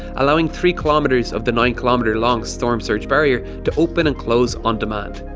allowing three kilometres of the nine kilometre long storm surge barrier to open and close on demand.